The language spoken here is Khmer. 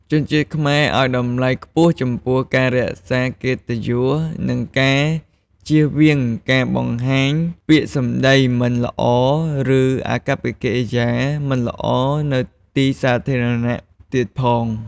ជនជាតិខ្មែរឱ្យតម្លៃខ្ពស់ចំពោះការរក្សា "កិត្តិយស" និងការជៀសវាងការបង្ហាញពាក្យសម្តីមិនល្អឬអាកប្បកិរិយាមិនល្អនៅទីសាធារណៈទៀតផង។